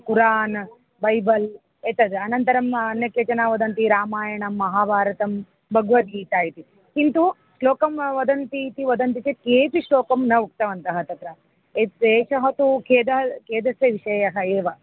कुरान् Bible एतद् अनन्तरम् अन्यत् केचन वदन्ति रामायणं महाभारतं भगवद्गीता इति किन्तु श्लोकं वदन्ति इति वदन्ति चेत् केपि श्लोकं न उक्तवन्तः तत्र एषः तु खेदः खेदस्य विषयः एव